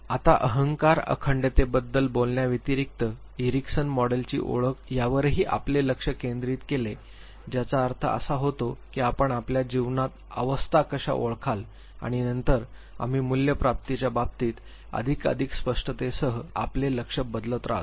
आता अहंकार अखंडतेबद्दल बोलण्याव्यतिरिक्त इरिकसन मॉडेलची ओळख यावरही आपले लक्ष केंद्रित केले ज्याचा अर्थ असा होतो की आपण आपल्या जीवनातील अवस्था कशा ओळखाल आणि नंतर आम्ही मूल्य प्राप्तीच्या बाबतीत अधिक आणि अधिक स्पष्टतेसह आपले लक्ष्य बदलत राहिलो